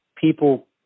people